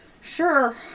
Sure